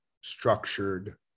structured